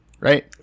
right